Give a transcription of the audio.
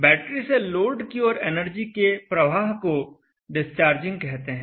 battery से load की ओर एनर्जी के इस प्रवाह को डिस्चार्जिंग कहते हैं